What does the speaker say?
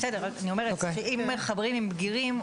אני אומרת שאם מחברים עם בגירים,